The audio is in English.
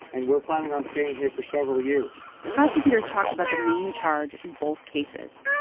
and we're planning on staying here for several years. prosecutors talked about the main charge in both cases.